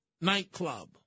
nightclub